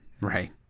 Right